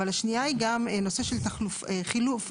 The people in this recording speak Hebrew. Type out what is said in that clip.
אבל השנייה היא גם הנושא של השגת עובד חלופי